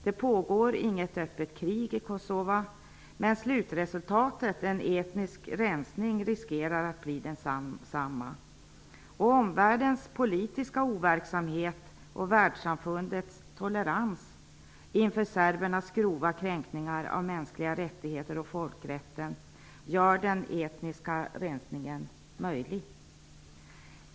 Det pågår inget öppet krig i Kosova. Men slutresultatet riskerar att bli densamma, dvs. en etnisk rensning. Omvärldens politiska overksamhet och världssamfundets tolerans inför serbernas grova kränkningar av mänskliga rättigheter och folkrätten gör den etniska rensningen möjlig.